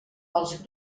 els